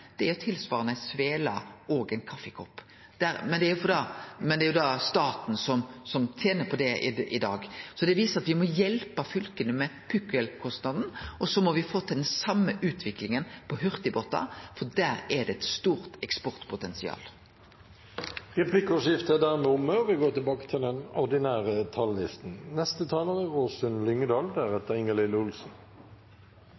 på ferjene. Jo lenger vi greier å ha desse ferjene i drift, jo lågare blir kostnadene. Driftskostnadene for ferja over Sognefjorden, som er riksferje, er tilsvarande ei svele og ein kaffikopp. Men det er staten som tener på det i dag. Det viser at vi må hjelpe fylka med pukkelkostnaden, og så må vi få til den same utviklinga på hurtigbåtar, for der er det eit stort eksportpotensial. Replikkordskiftet er dermed omme.